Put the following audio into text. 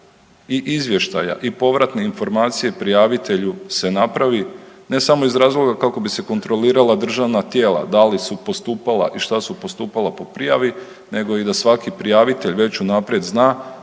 i izvještaja i povratne informacije prijavitelju se napravi ne samo iz razloga kako bi se kontrolirala državna tijela, da li su postupala i šta su postupala po prijavi nego i da svaki prijavitelj već unaprijed zna